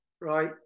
right